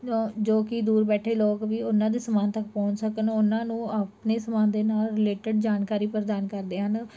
ਜੋ ਕੀ ਦੂਰ ਬੈਠੇ ਲੋਕ ਵੀ ਉਹਨਾਂ ਦੇ ਸਮਾਨ ਤੱਕ ਪਹੁੰਚ ਸਕਣ ਉਹਨਾਂ ਨੂੰ ਆਪਣੇ ਸਮਾਨ ਦੇ ਨਾਲ ਰਿਲੇਟਡ ਜਾਣਕਾਰੀ ਪ੍ਰਦਾਨ ਕਰਦੇ ਹਨ